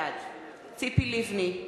בעד ציפי לבני,